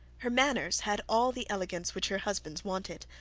her manners had all the elegance which her husband's wanted.